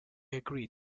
agreed